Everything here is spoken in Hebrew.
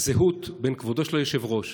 הזהות בין כבודו של היושב-ראש